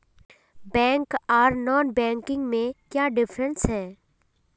Bank आर non banking में क्याँ डिफरेंस है?